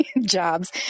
jobs